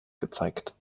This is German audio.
gezeigt